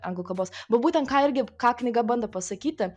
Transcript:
anglų kalbos va būtent ką irgi ką knyga bando pasakyti